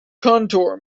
contour